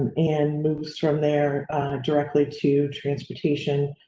and moves from there directly to transportation